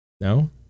No